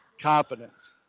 confidence